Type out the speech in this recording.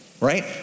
right